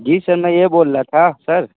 जी sir मैं ये बोल ला था सर